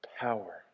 power